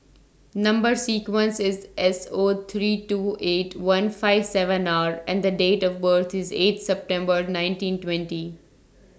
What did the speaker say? Number sequence IS S O three two eight one five seven R and The Date of birth IS eight September nineteen twenty